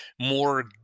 more